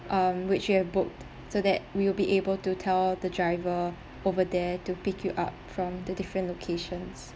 um which you have booked so that we will be able to tell the driver over there to pick you up from the different locations